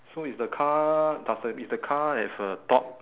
so is the car does the is the car have a top